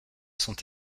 sont